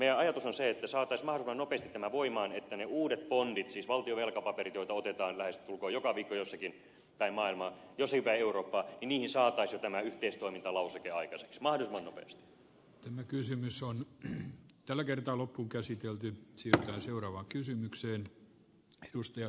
ja meidän ajatuksemme on se että me saisimme mahdollisimman nopeasti tämän voimaan niin että niihin uusiin bondeihin siis valtion velkapapereihin joita otetaan lähestulkoon joka viikko jossakin päin maailmaa jossakin päin eurooppaa saataisiin jo tämä kysymys on tällä kertaa loppuunkäsitelty yhteistoimintalauseke aikaiseksi mahdollisimman nopeasti